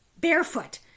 Barefoot